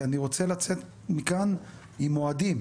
כי אני רוצה לצאת מכאן עם מועדים.